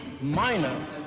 minor